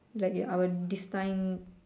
like your our this time